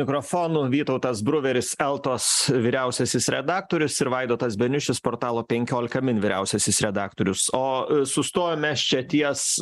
mikrofonų vytautas bruveris eltos vyriausiasis redaktorius ir vaidotas beniušis portalo penkiolika min vyriausiasis redaktorius o sustojom mes čia ties